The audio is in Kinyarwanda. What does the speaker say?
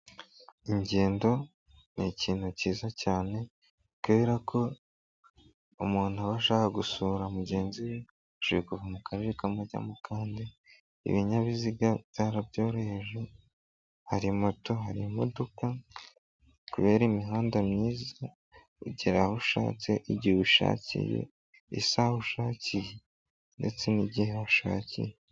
Ingendo n'ikintu cyiza cyane, kubera ko umuntu aba ashaka gusura mugenzi we ashobora kuva mu karere kamwe ajya mu kandi, ibinyabiziga byarabyoroheje; hari moto, hari imodoka, kubera imihanda myiza ugera aho ushatse, igihe ushakiye, isaha ushakiye ndetse n'igihe washakiye.